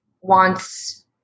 wants